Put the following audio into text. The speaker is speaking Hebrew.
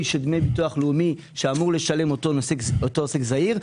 של דמי ביטוח לאומי שאמור לשלם אותו עוסק זעיר,